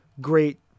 great